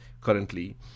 currently